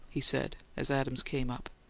he said, as adams came up.